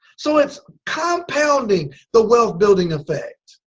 so it's compounding the wealth building effect.